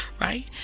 right